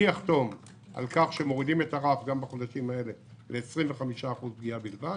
אחתום על כך שמורידים את הרף גם בחודשים האלה ל-25% פגיעה בלבד